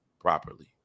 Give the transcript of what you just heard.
properly